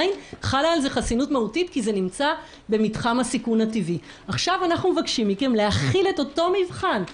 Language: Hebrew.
ושוב, תשימו לב אנחנו מגיעים כאן הכי רחוק שאפשר,